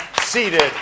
seated